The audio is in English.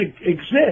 exist